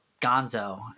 gonzo